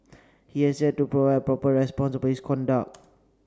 he has yet to provide a proper response about his conduct